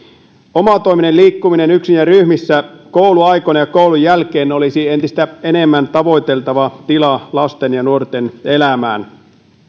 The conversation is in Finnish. omatoiminen liikkuminen yksin ja ryhmissä kouluaikoina ja koulun jälkeen olisi entistä enemmän tavoiteltava tila lasten ja nuorten elämään